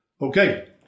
Okay